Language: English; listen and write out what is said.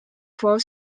for